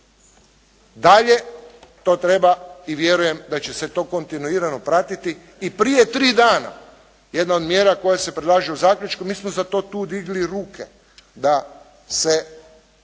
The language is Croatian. Dalje, to treba i vjerujem da će se to kontinuirano pratiti. I prije dana, jedna od mjera koja se predlaže u zaključku, mi smo za to tu digli ruke da se